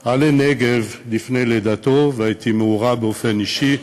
"עלה נגב" לפני לידתו, והייתי מעורה באופן אישי,